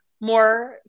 more